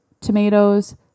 tomatoes